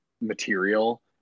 material